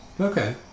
Okay